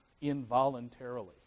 involuntarily